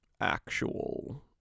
actual